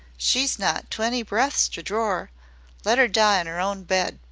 she's not twenty breaths to dror let er die in er own bed,